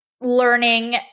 learning